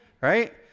right